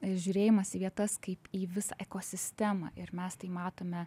žiūrėjimas į vietas kaip į visą ekosistemą ir mes tai matome